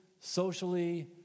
socially